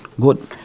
Good